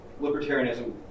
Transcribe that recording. libertarianism